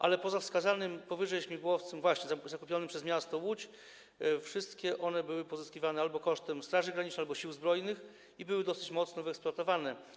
Ale poza wskazanym powyżej śmigłowcem zakupionym przez miast Łódź wszystkie były pozyskiwane albo kosztem Straży Granicznej albo Sił Zbrojnych i były dosyć mocno wyeksploatowane.